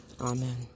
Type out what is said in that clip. Amen